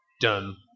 Done